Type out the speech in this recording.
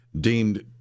deemed